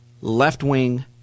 left-wing